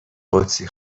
قدسی